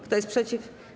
Kto jest przeciw?